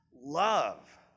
love